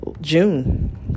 June